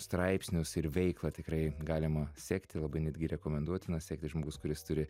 straipsnius ir veiklą tikrai galima sekti labai netgi rekomenduotina sekti žmogus kuris turi